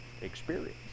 experience